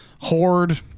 horde